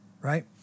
right